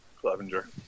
Clevenger